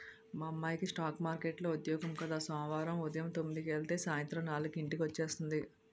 మా అమ్మాయికి స్ఠాక్ మార్కెట్లో ఉద్యోగం కద సోమవారం ఉదయం తొమ్మిదికెలితే సాయంత్రం నాలుక్కి ఇంటికి వచ్చేస్తుంది